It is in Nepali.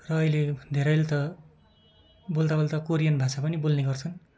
र अहिले धेरैले त बोल्दा बोल्दा कोरियन भाषा पनि बोल्ने गर्छन्